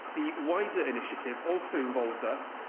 the wider initiative also involves us,